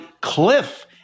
Cliff